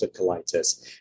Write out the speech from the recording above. colitis